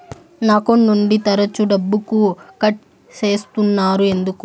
నా అకౌంట్ నుండి తరచు డబ్బుకు కట్ సేస్తున్నారు ఎందుకు